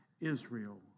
Israel